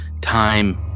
time